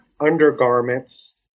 undergarments